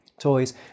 toys